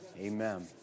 Amen